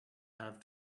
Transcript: have